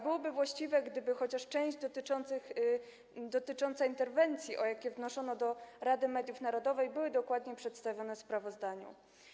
Byłoby właściwe, gdyby chociaż część dotycząca interwencji, o jakie wnoszono do Rady Mediów Narodowych, była dokładnie przedstawiona w sprawozdaniu.